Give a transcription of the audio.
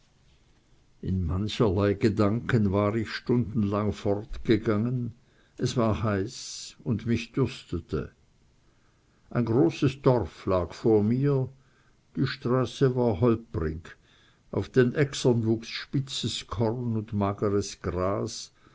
in mancherlei gedanken war ich stundenlang fortgegangen es war heiß und mich dürstete ein großes dorf lag vor mir die straße war holprig auf den äckern wuchs spitzes korn und mageres gras